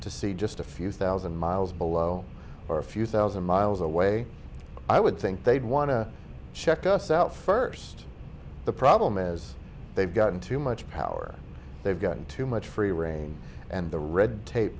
to see just a few thousand miles below or a few thousand miles away i would think they'd want to check us out first the problem is they've gotten too much power they've got too much free reign and the red tape